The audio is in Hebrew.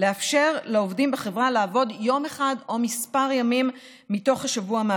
לאפשר לעובדים בחברה לעבוד מהבית יום אחד או כמה ימים מתוך השבוע.